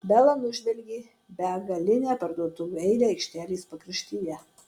bela nužvelgė begalinę parduotuvių eilę aikštelės pakraštyje